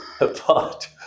apart